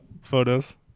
Photos